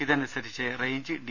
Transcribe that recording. ഇതനുസരിച്ച് range D